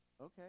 okay